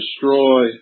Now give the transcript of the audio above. destroy